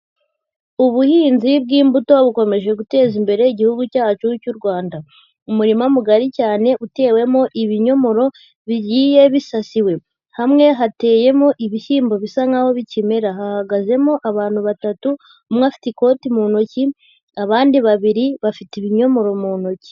Ubuhinzi bw'imbuto bukomeje guteza imbere Igihugu cyacu cy'u Rwanda. Umurima mugari cyane utewemo ibinyomoro bigiye bisasiwe. Hamwe hateyemo ibishyimbo bisa nkaho bikimera. Hahagazemo abantu batatu, umwe afite ikoti mu ntoki, abandi babiri bafite ibinyomoro mu ntoki.